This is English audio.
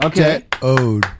okay